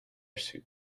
suit